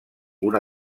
una